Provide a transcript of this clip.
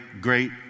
great